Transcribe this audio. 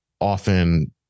often